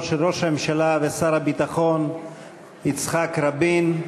של ראש הממשלה ושר הביטחון יצחק רבין,